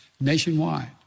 nationwide